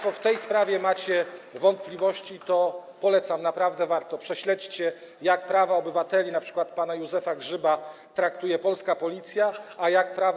w tej sprawie macie wątpliwości, to polecam, naprawdę warto, prześledźcie, jak prawa obywateli, np. pana Józefa Grzyba, traktuje polska Policja, a jak prawa.